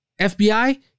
FBI